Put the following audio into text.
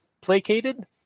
placated